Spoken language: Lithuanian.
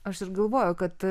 aš ir galvoju kad